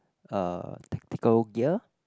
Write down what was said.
uh tactical gear